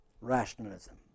Rationalism